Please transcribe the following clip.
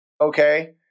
Okay